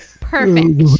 Perfect